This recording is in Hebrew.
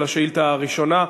על השאילתה הראשונה,